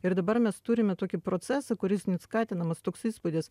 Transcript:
ir dabar mes turime tokį procesą kuris net skatinamas toks įspūdis